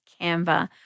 Canva